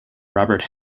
robert